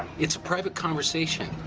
it's a private conversation.